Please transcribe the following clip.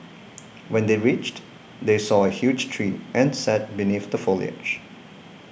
when they reached they saw a huge tree and sat beneath the foliage